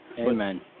Amen